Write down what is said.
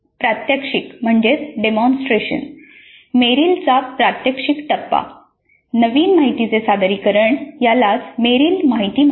प्रात्यक्षिक मेरिलचा प्रात्यक्षिक टप्पा नवीन माहितीचे सादरीकरण यालाच मेरिल माहिती म्हणतो